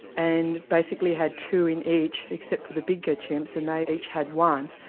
and basically had two in each except for the bigger chimps and they each had one.